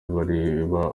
bareba